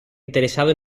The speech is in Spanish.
interesado